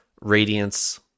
radiance